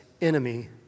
enemy